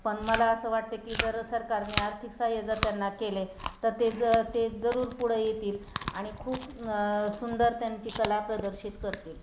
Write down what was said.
पण मला असं वाटतं की जर सरकारने आर्थिक सहाय्य जर त्यांना केले तर ते ज ते जरूर पुढं येतील आणि खूप सुंदर त्यांची कला प्रदर्शित करतील